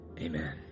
Amen